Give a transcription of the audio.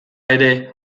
ere